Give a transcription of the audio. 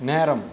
நேரம்